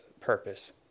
purpose